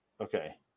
okay